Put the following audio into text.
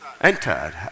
Entered